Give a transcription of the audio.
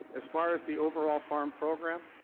as far as the overall farm program,